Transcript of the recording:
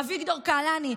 אביגדור קהלני,